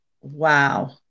Wow